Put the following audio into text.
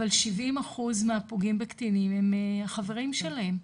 אבל 70 אחוז מהפוגעים בקטינים, הם החברים שלהם.